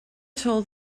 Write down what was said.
told